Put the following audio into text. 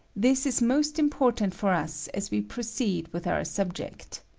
this is most important for us as we proceed with our subject.